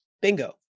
bingo